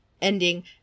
Ending